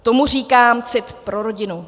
Tomu říkám cit pro rodinu!